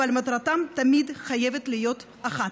אבל מטרתם תמיד חייבת להיות אחת: